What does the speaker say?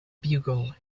bugle